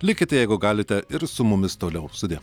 likite jeigu galite ir su mumis toliau sudie